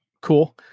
Cool